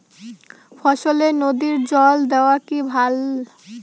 ফসলে নদীর জল দেওয়া কি ভাল?